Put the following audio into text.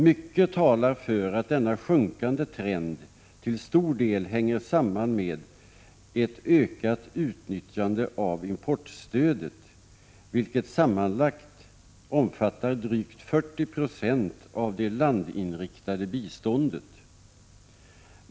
Mycket talar för att denna sjunkande trend till stor del hänger samman med ett ökat utnyttjande av importstödet, vilket sammanlagt omfattar drygt 40 26 av det landinriktade biståndet.